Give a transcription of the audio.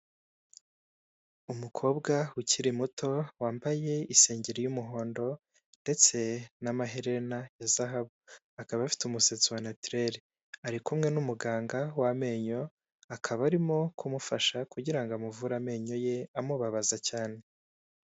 Umukobwa ukiri muto wambaye isengeri y'umuhondo ndetse n'amaherena ya zahabu, akaba afite umusatsi wa natirere. Ari kumwe n'umuganga w'amenyo, akaba arimo kumufasha kugira ngo amuvure amenyo ye amubabaza cyane.